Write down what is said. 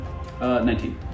19